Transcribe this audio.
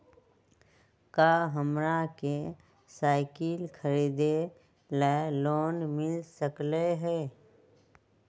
का हमरा के साईकिल खरीदे ला लोन मिल सकलई ह?